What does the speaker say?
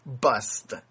bust